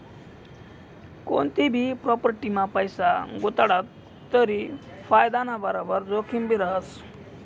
कोनतीभी प्राॅपटीमा पैसा गुताडात तरी फायदाना बराबर जोखिमभी रहास